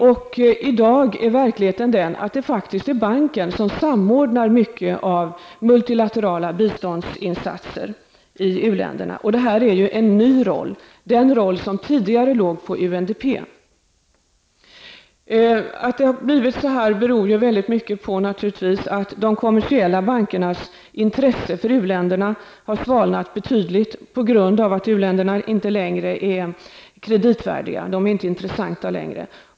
Och i dag är verkligheten den att det faktiskt är banken som samordnar mycket av multilaterala biståndsinsatser i u-länderna. Och det är en ny roll, den roll som tidigare låg på UNDP. Att det har blivit på detta sätt beror naturligtvis väldigt mycket på att de kommersiella bankernas intresse för u-länderna har svalnat betydligt på grund av att u-länderna inte längre är kreditvärdiga. De är inte intressanta längre.